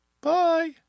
Bye